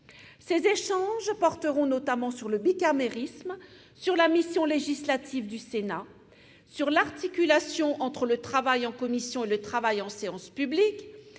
Ils porteront notamment sur le bicamérisme, sur la mission législative du Sénat, sur l'articulation entre le travail en commission et le travail en séance publique